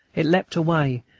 it leapt away,